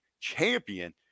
champion